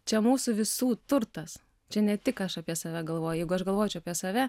čia mūsų visų turtas čia ne tik aš apie save galvoju jeigu aš galvočiau apie save